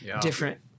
different